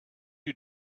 you